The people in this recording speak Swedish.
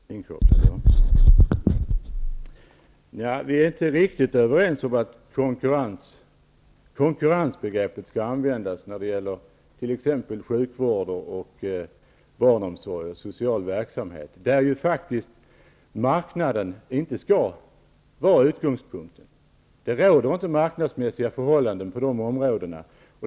Fru talman! Vi är inte riktigt överens om att konkurrensbegreppet skall användas inom t.ex. sjukvård, barnomsorg och social verksamhet, där ju faktiskt marknaden inte skall vara utgångspunkten. Det råder inte marknadsmässiga förhållanden på dessa områden.